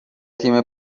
تیم